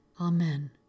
Amen